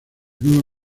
nueva